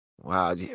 Wow